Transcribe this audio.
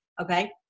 okay